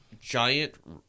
giant